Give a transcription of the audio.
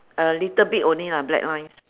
a little bit only lah black lines